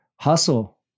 hustle